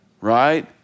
right